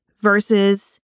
versus